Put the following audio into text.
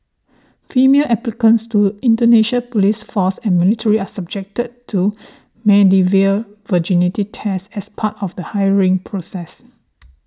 female applicants to Indonesia's police force and military are subjected to medieval virginity tests as part of the hiring process